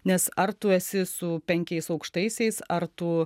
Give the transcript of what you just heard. nes ar tu esi su penkiais aukštaisiais ar tu